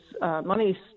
money